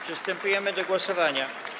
Przystępujemy do głosowania.